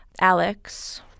Alex